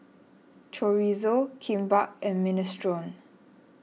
Chorizo Kimbap and Minestrone